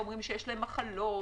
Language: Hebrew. ואומרים שיש להם מחלות,